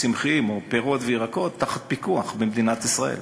צמחיים או פירות וירקות תחת פיקוח במדינת ישראל,